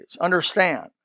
understand